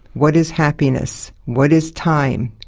what is happiness? what is time?